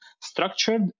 structured